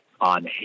on